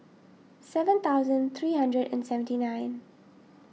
seven thousand three hundred and seventy nine